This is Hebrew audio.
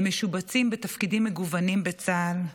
הם משובצים בתפקידים מגוונים בצה"ל,